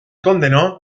condenó